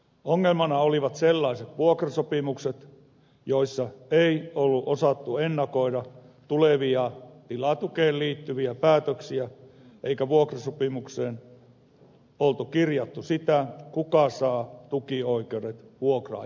ongelmana olivat sellaiset vuokrasopimukset joissa ei ollut osattu ennakoida tulevia tilatukeen liittyviä päätöksiä eikä vuokrasopimukseen ollut kirjattu sitä kuka saa tukioikeudet vuokra ajan jälkeen